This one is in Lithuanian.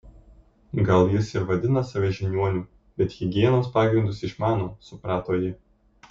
gal jis ir vadina save žiniuoniu bet higienos pagrindus išmano suprato ji